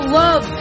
love